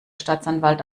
staatsanwalt